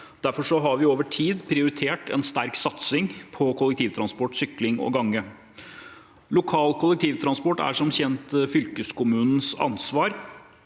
Derfor har vi over tid prioritert en sterk satsing på kollektivtransport, sykling og gange. Lokal kollektivtransport er som kjent fylkeskommunens ansvar.